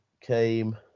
came